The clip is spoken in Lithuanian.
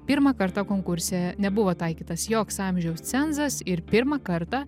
pirmą kartą konkurse nebuvo taikytas joks amžiaus cenzas ir pirmą kartą